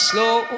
Slow